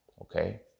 Okay